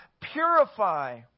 purify